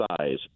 size